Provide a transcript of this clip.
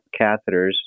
catheters